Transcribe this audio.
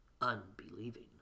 unbelieving